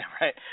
right